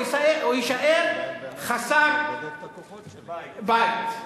הוא יישאר חסר בית.